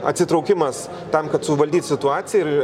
atsitraukimas tam kad suvaldyt situaciją ir